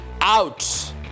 out